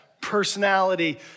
personality